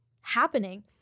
happening